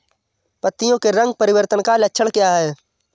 पत्तियों के रंग परिवर्तन का लक्षण क्या है?